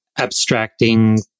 abstracting